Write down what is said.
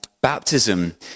Baptism